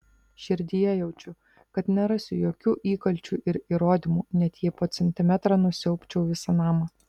širdyje jaučiu kad nerasiu jokių įkalčių ir įrodymų net jei po centimetrą nusiaubčiau visą namą